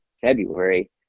February